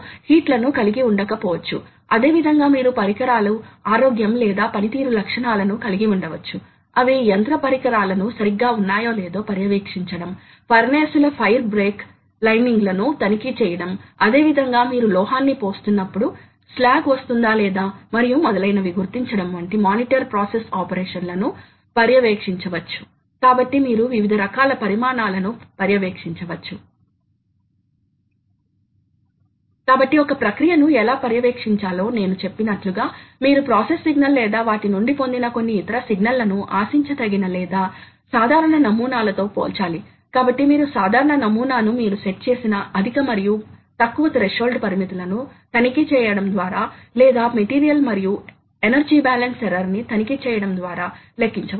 కాబట్టి జాబ్ ఇలా తిరుగుతోంది మరియు ఆ సాధనం కదులుతోంది జాబ్ ఒక స్థానం వద్ద తిరుగుతోంది సాధనం ఒక వైపు నుండి మరొక వైపుకు కదులుతోంది కదా కాబట్టి సాధనం యొక్క కొన పై శక్తి సృష్టించబడుతోంది మరియు సాధనం ఒక స్క్రూ ద్వారా నడపబడుతోంది కాబట్టి స్క్రూ ఇక్కడ తిరుగుతోంది కాబట్టి సాధనం కదులుతోంది అయితే ఉపయోగించిన గేర్రింగ్ మెకానిజం ద్వారా మోటర్ పై లోడ్ గా ప్రతిబింబించే స్క్రూ పై లోడ్ ఈ భాగం యొక్క పొడవు తో గుణించబడిన ఈ శక్తి ద్వారా లెక్కించబడుతుంది